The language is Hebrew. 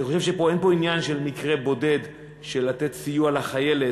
אין פה עניין של מקרה בודד של לתת סיוע לחיילת